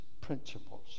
principles